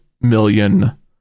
million